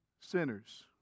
sinners